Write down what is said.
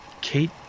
Kate